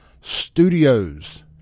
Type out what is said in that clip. Studios